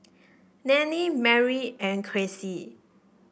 Nannie Mary and Cressie